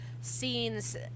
scenes